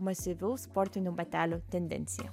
masyvių sportinių batelių tendenciją